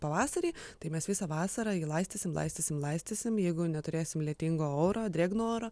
pavasarį tai mes visą vasarą jį laistysim laistysim laistysim jeigu neturėsim lietingo oro drėgno oro